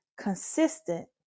consistent